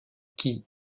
qui